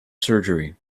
surgery